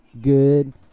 good